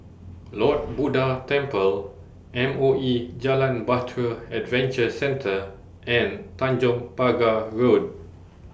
Lord Buddha Temple M O E Jalan Bahtera Adventure Centre and Tanjong Pagar Road